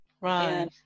Right